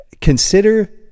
consider